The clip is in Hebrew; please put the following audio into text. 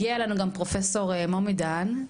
הגיע אלינו גם פרופסור מומי דהן,